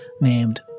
named